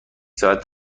ساعت